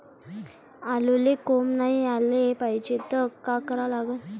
आलूले कोंब नाई याले पायजे त का करा लागन?